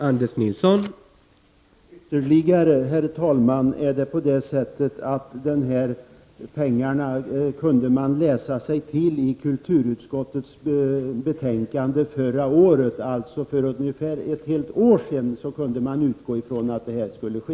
Herr talman! De här pengarna kunde man läsa om i kulturutskottets betänkande förra året. För nästan ett helt år sedan kunde man alltså utgå från att detta skulle ske.